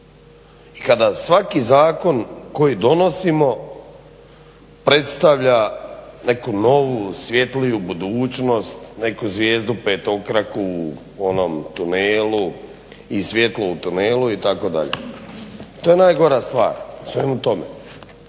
I kada svaki zakon koji donosimo predstavlja neku novu svjetliju budućnost, neku zvijezdu petokraku u onom tunelu i svjetlo u tunelu itd. to je najgora stvar u svemu tome.